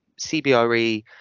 CBRE